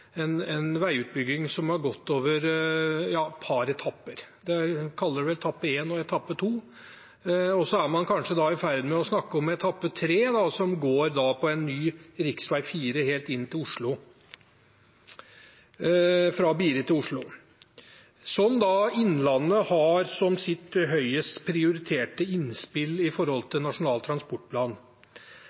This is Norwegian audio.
veiutbygging som har gått over et par etapper. Man kaller det vel etappe 1 og etappe 2. Man er kanskje i ferd med å snakke om etappe 3, som er en ny rv. 4 helt fra Biri og inn til Oslo, som Innlandet har som sitt høyest prioriterte innspill til arbeidet med Nasjonal transportplan.